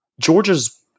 Georgia's